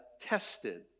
tested